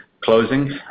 Closing